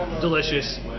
Delicious